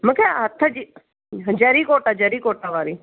मूंखे हथ जी जरी गोटा जरी गोटा वारी